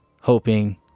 hoping